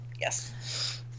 Yes